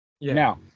Now